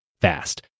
fast